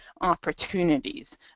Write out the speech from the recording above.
opportunities